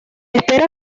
espera